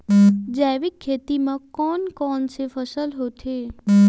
जैविक खेती म कोन कोन से फसल होथे?